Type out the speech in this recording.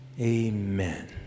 Amen